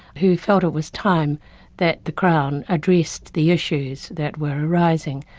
who felt it was time that the crown addressed the issues that were arising.